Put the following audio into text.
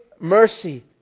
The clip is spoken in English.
mercy